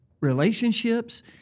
relationships